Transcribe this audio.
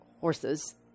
horses